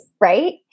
right